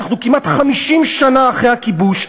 אנחנו כמעט 50 שנה אחרי הכיבוש,